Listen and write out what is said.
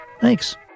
Thanks